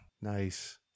nice